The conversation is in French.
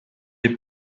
est